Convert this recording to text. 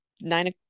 nine